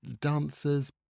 dancers